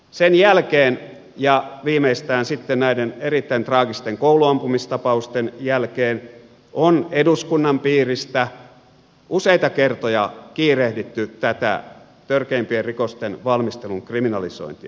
sen jälkeen ja viimeistään sitten näiden erittäin traagisten kouluampumistapausten jälkeen on eduskunnan piiristä useita kertoja kiirehditty tätä törkeimpien rikosten valmistelun kriminalisointia